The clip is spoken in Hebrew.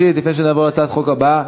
פיקוח על בתי-ספר (תיקון מס' 8),